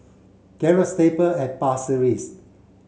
Gallop Stable at Pasir Ris